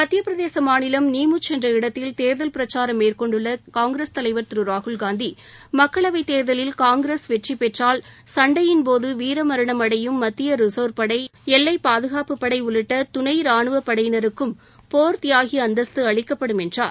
மத்தியப் பிரதேச மாநிலம் நீமுச் என்ற இடத்தில் தேர்தல் பிரச்சாரம் மேற்கொண்ட காங்கிரஸ் தலைவர் திரு ராகுல்காந்தி மக்களவைத் தேர்தலில் காங்கிரஸ் வெற்றி பெற்றால் சண்டையின் போது வீரமரணம் அடையும் மத்திய ரிசர்வ் படை எல்லை பாதுகாப்புப் படை உள்ளிட்ட துணை ராணுவ படையினருக்கும் போர் தியாகி அந்தஸ்து அளிக்கப்படும் என்றார்